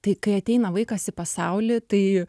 tai kai ateina vaikas į pasaulį tai